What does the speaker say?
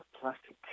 plastic